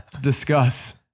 discuss